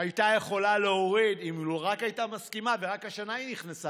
הייתה יכולה להוריד, לו רק הייתה מסכימה, רק השנה